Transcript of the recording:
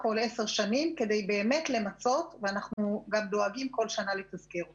כדי למצות ואנחנו גם דואגים כל שנה לתזכר אותם.